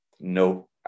No